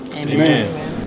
Amen